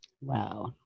Wow